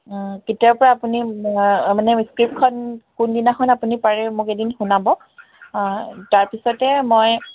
কেতিয়াৰ পৰা আপুনি মানে স্ক্ৰিপখন কোনদিনাখন আপুনি পাৰে মোক এদিন শুনাব তাৰপিছতে মই